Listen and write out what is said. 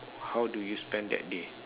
how do you spend that day